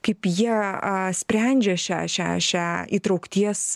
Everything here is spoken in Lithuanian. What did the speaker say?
kaip jie a sprendžia šią šią šią įtraukties